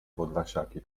podlasiaki